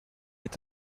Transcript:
est